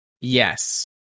Yes